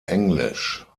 englisch